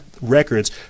records